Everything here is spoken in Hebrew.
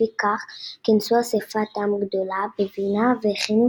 לפיכך כינסו אספת עם גדולה בווינה ו"הכינו